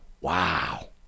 Wow